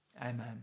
amen